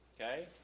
Okay